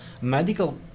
medical